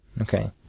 Okay